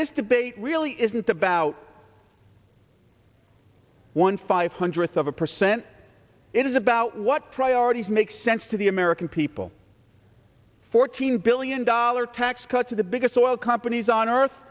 this debate really isn't about one five hundredth of a percent it is about what priorities make sense to the american people fourteen billion dollar tax cuts are the biggest oil companies on earth